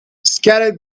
scattered